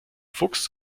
fuchs